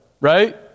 right